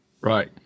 Right